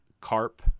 Carp